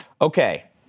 Okay